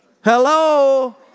Hello